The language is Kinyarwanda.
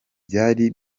byari